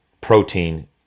protein